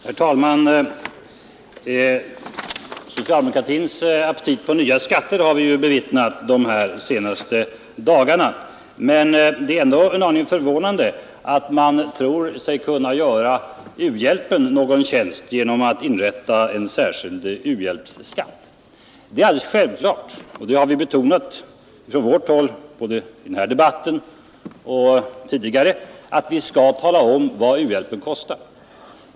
Herr talman! Socialdemokratins aptit på nya skatter har vi ju bevittnat de senaste dagarna, men det är ändå en aning förvånande att man tror sig kunna göra u-hjälpen någon tjänst genom att införa en särskild u-hjälpsskatt. Det är alldeles självklart — och det har vi betonat från vårt håll både i denna debatt och tidigare — att vi skall tala om vad u-hjälpen kostar.